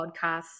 Podcasts